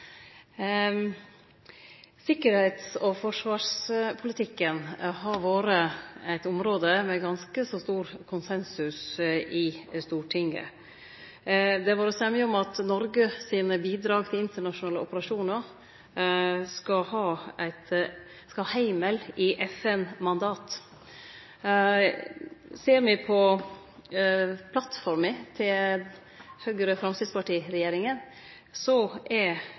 Sikkerheits- og forsvarspolitikken har vore eit område med stor konsensus i Stortinget. Det har vore semje om at Noreg sine bidrag til internasjonale operasjonar skal ha heimel i FN-mandat. Ser me på plattforma til Høgre–Framstegsparti-regjeringa, er dette elementet teke ut. Derfor vil eg spørje om det er